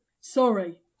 Sorry